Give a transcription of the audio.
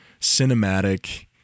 cinematic